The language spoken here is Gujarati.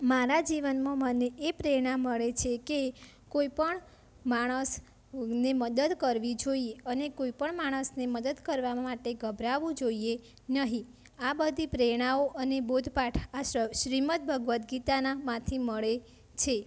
મારા જીવનમાં મને એ પ્રેરણા મળે છે કે કોઈ પણ માણસને મદદ કરવી જોઈએ અને કોઈ પણ માણસને મદદ કરવા માટે ગભરાવવું જોઈએ નહીં આ બધી પ્રેરણાઓ અને બોધપાઠ આ શ્ર શ્રીમદ ભગવદ્ ગીતાના માંથી મળે છે